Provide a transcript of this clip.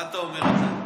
מה אתה אומר על זה?